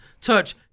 touch